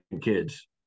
kids